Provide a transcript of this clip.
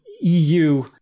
EU